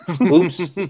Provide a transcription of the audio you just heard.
Oops